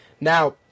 Now